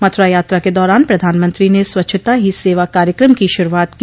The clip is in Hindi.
मथुरा यात्रा के दौरान प्रधानमंत्री ने स्वच्छता ही सेवा कार्यक्रम की शुरूआत की